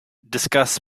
discuss